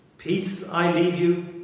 peace i leave you,